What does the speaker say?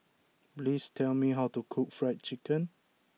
please tell me how to cook Fried Chicken